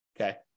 okay